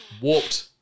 warped